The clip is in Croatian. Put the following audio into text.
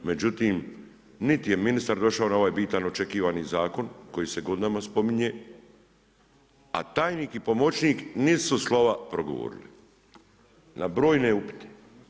Međutim, niti je ministar došao na ovaj bitan, očekivani zakon koji se godinama spominje a tajnik i pomoćnik nisu slova progovorili na brojne upite.